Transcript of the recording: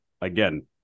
again